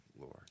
Lord